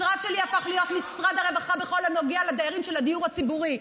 המשרד שלי הפך להיות משרד הרווחה בכל הנוגע לדיירים של הדיור הציבורי.